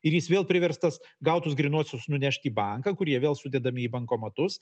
ir jis vėl priverstas gautus grynuosius nunešti į banką kur jie vėl sudedami į bankomatus